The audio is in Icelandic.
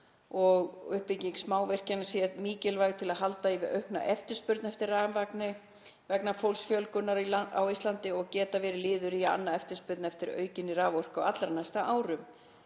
Uppbygging smávirkjana sé því mikilvæg til að halda í við aukna eftirspurn eftir rafmagni vegna fólksfjölgunar á Íslandi og geti verið liður í að anna eftirspurn eftir aukinni raforku á allra næstu árum.